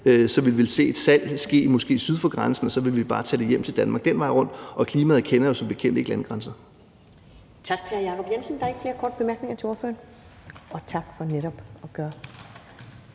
ville se et salg ske syd for grænsen, og så ville vi bare tage det hjem til Danmark den vej rundt, og klimaet kender jo som bekendt ikke landegrænser. Kl. 15:38 Første næstformand (Karen Ellemann): Tak til hr. Jacob Jensen. Der er ikke flere korte bemærkninger til ordføreren. Og tak for netop at gøre